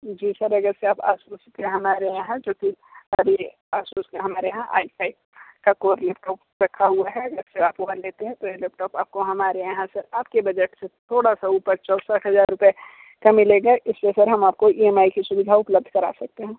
जी sir अगर से आप असुस की हमारे यहां जो कि अभी असुस की हमारे यहाँ आईपैड का कोई लैपटॉप रखा हुआ है सर वह लेते हैं तो यह लैपटॉप आपको हमारे यहाँ से आपके बजट से थोड़ा सा ऊपर चौसठ हज़ार रुपये का मिलेगा इस पे सर हम आपको ई एम आई की सुविधा उपलब्ध कर सकते हैं